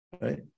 right